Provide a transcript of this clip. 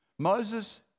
Moses